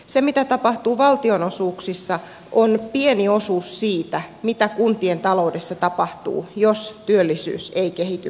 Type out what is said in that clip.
se mitä tapahtuu valtionosuuksissa on pieni osuus siitä mitä kuntien taloudessa tapahtuu jos työllisyys ei kehity positiivisesti